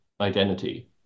identity